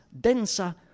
densa